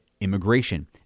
immigration